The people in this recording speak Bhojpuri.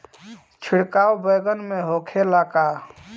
छिड़काव बैगन में होखे ला का?